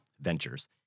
ventures